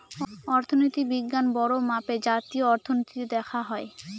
অর্থনীতি বিজ্ঞান বড়ো মাপে জাতীয় অর্থনীতিতে দেখা হয়